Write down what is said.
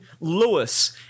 Lewis